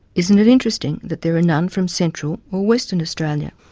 isn't it interesting that there were none from central or western australia?